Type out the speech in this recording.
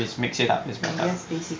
if it's mix it up is rendang